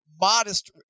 modest